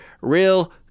real